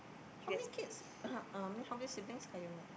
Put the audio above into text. how many kids uh I mean how many siblings Qayyum ada